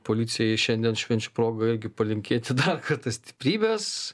policijai šiandien švenčių proga irgi palinkėti dar kartą stiprybės